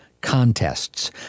contests